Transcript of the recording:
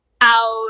out